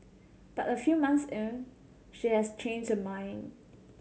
but a few months in she has changed her mind